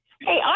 Hey